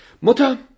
Mutter